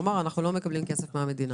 הוא אמר: אנחנו לא מקבלים כסף מהמדינה.